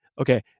Okay